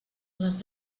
les